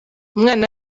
umwana